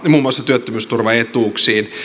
muun muassa työttömyysturvaetuuksiin